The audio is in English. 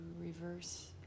reverse